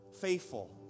faithful